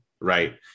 right